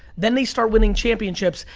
then they start winning championships,